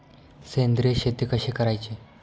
सेंद्रिय शेती कशी करायची?